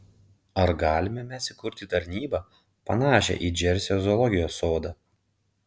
ar galime mes įkurti tarnybą panašią į džersio zoologijos sodą